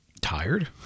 tired